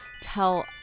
tell